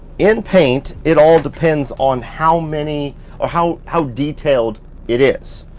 in paint, it all depends on how many or how how detailed it is.